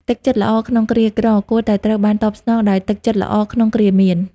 ទឹកចិត្តល្អក្នុងគ្រាក្រ គួរតែត្រូវបានតបស្នងដោយទឹកចិត្តល្អក្នុងគ្រាមាន។